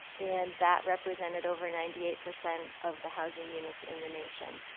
and that represented over ninety eight percent of the housing units in the nation.